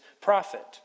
prophet